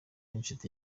inshuti